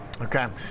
Okay